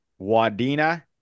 Wadena